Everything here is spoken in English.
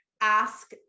ask